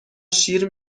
شیر